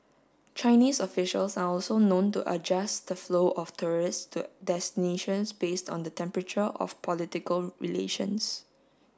Chinese officials are also known to adjust the flow of tourists to destinations based on the temperature of political relations